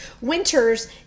winters